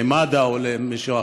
למד"א או למישהו אחר.